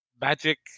magic